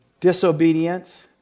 disobedience